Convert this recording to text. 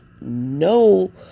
no